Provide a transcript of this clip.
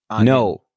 No